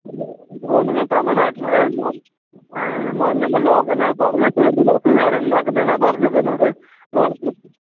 നിങ്ങൾ തമിഴ്നാട്ടിലാണ് നമ്മൾ എന്നോട് പറഞ്ഞു വച്ചത് ലോക്കലിലാണ് അവർ ഉണ്ടാക്കുന്നത് എന്നാണ് പറഞ്ഞത് എന്നോട് അത്